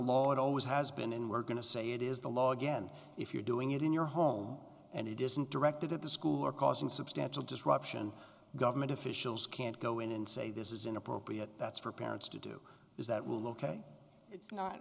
law it always has been and we're going to say it is the law again if you're doing it in your home and it isn't directed at the school or causing substantial disruption government officials can't go in and say this is inappropriate that's for parents to do is that will ok